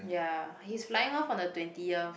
ya he's flying off on the twentieth